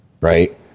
Right